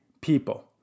people